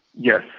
yes,